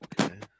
Okay